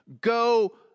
go